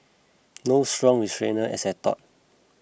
no strong retainer as I thought